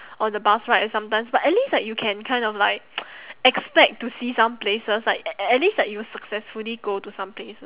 on the bus ride sometimes but at least you can kind of like expect to see some places like at at least like you successfully go to some plac~